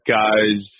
guys